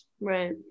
Right